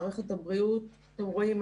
מערכת הבריאות אתם רואים,